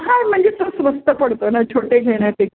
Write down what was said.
हा म्हणजे तो स्वस्त पडतो ना छोटे घेणं ते